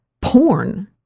porn